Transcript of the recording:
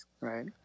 right